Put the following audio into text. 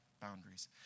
Boundaries